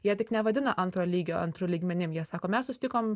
jie tik nevadina antro lygio antru lygmenim jie sako mes susitikom